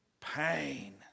Pain